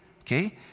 okay